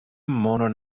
monon